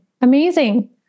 amazing